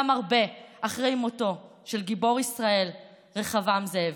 גם הרבה אחרי מותו של גיבור ישראל רחבעם זאבי.